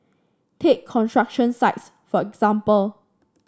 take construction sites for example